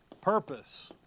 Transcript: Purpose